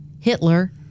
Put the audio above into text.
Hitler